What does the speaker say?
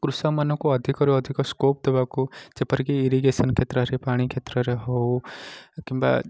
କୃଷକମାନଙ୍କୁ ଅଧିକରୁ ଅଧିକ ସ୍କୋପ ଦେବାକୁ ଯେପରିକି ଇରିଗେଶନ କ୍ଷେତ୍ରରେ ପାଣି କ୍ଷେତ୍ରରେ ହେଉ କିମ୍ବା